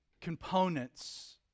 components